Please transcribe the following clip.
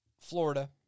Florida